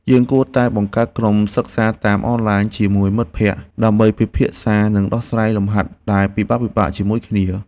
យើងគួរតែបង្កើតក្រុមសិក្សាតាមអនឡាញជាមួយមិត្តភក្តិដើម្បីពិភាក្សានិងដោះស្រាយលំហាត់ដែលពិបាកៗជាមួយគ្នា។